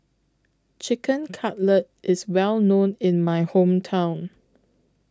Chicken Cutlet IS Well known in My Hometown